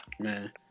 Man